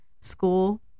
school